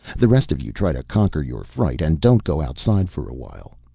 the rest of you try to conquer your fright, and don't go outside for a while.